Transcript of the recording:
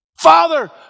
Father